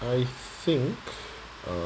I think uh